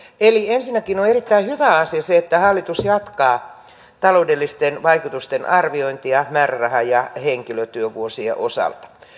ensinnäkin on on erittäin hyvä asia se että hallitus jatkaa taloudellisten vaikutusten arviointia määrärahan ja henkilötyövuosien osalta